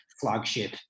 flagship